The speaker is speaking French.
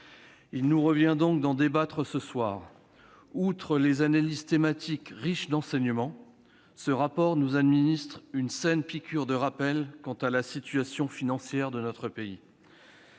Il nous revient donc d'en débattre ce jour. Outre les analyses thématiques, riches d'enseignements, ce rapport nous administre une saine piqûre de rappel quant à la situation financière de notre pays.